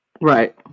Right